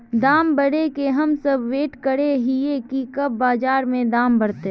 दाम बढ़े के हम सब वैट करे हिये की कब बाजार में दाम बढ़ते?